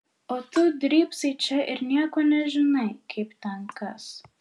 o tu drybsai čia ir nieko nežinai kaip ten kas